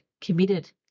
committed